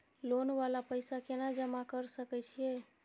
Loan वाला पैसा केना जमा कर सके छीये?